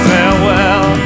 Farewell